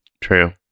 True